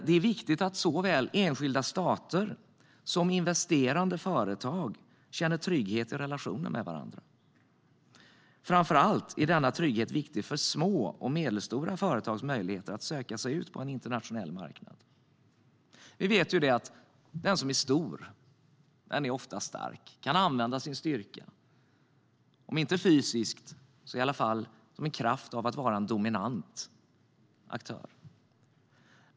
Det är viktigt att såväl enskilda stater som investerande företag känner trygghet i relationen med varandra. Framför allt är denna trygghet viktig för små och medelstora företags möjligheter att söka sig ut på en internationell marknad. Vi vet ju att den som är stor ofta är stark och kan använda sin styrka, om inte fysiskt så i alla fall i kraft av att vara en dominant aktör.